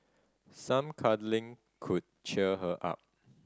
some cuddling could cheer her up